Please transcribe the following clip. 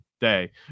Day